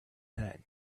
then